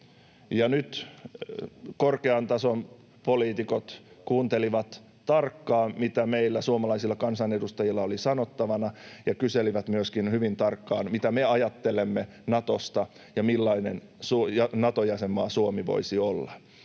Nyt korkean tason poliitikot kuuntelivat tarkkaan, mitä meillä suomalaisilla kansanedustajilla oli sanottavana, ja kyselivät myöskin hyvin tarkkaan, mitä me ajattelemme Natosta ja millainen Nato-jäsenmaa Suomi voisi olla.